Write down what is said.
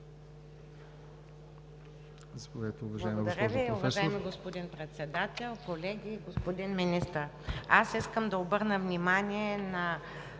Благодаря Ви, уважаеми господин Председател! Колеги, господин Министър, искам да обърна внимание за